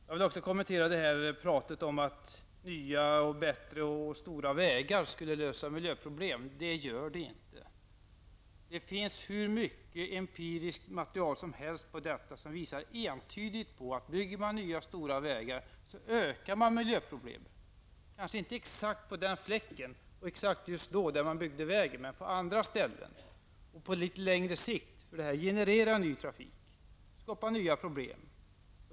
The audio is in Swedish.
Jag vill också kommentera talet om att nya, bättre och stora vägar skulle lösa miljöproblem. Det gör de inte. Det finns hur mycket empiriskt material som helst som entydigt visar att om man bygger nya stora vägar så ökar man miljöproblemen, kanske inte exakt just där man har byggt vägen men på andra ställen och på litet längre sikt. Dessa vägar genererar nämligen ny trafik och skapar nya problem.